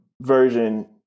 Version